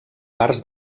parts